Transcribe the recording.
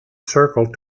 circle